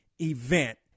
event